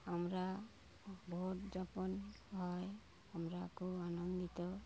আমরা ভোট যখন হয় আমরা খুব আনন্দিত